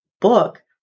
book